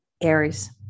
Aries